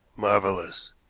marvelous.